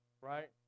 right